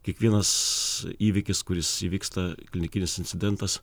kiekvienas įvykis kuris įvyksta klinikinis incidentas